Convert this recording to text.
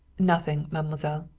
nothing, mademoiselle.